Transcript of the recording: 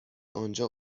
آنجا